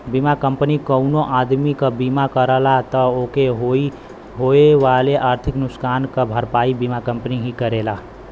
बीमा कंपनी कउनो आदमी क बीमा करला त ओके होए वाले आर्थिक नुकसान क भरपाई बीमा कंपनी ही करेला